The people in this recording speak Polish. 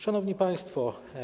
Szanowni Państwo!